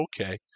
Okay